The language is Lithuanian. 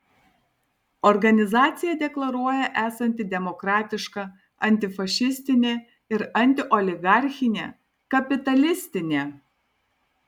organizacija deklaruoja esanti demokratiška antifašistinė ir antioligarchinė kapitalistinė